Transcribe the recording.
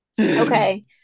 Okay